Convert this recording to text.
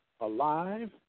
alive